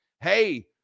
Hey